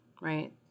right